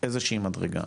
איזושהי מדרגה,